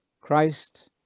Christ